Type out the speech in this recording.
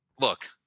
Look